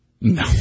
No